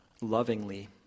lovingly